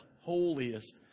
holiest